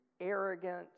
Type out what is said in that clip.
arrogant